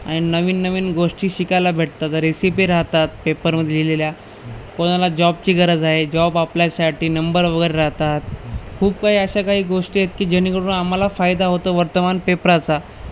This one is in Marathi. आ नवीन नवीन गोष्टी शिकायला भेटतात रेसिपी राहतात पेपरमध्ये लिहिलेल्या कोणाला जॉबची गरज आहे जॉब आपल्यासाठी नंबर वगैरे राहतात खूप काही अशा काही गोष्टी आहेत की जेणकरुन आम्हाला फायदा होतो वर्तमान पेपराचा